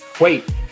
Wait